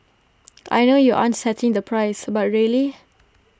I know you aren't setting the price but really